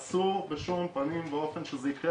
אסור בשום פנים ואופן שזה יקרה,